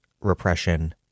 repression